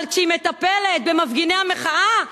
אבל כשהיא מטפלת במפגיני המחאה,